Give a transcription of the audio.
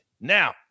Now